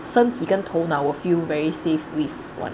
身体跟头脑 will feel very safe with [one]